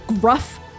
gruff